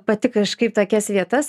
pati kažkaip tokias vietas